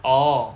orh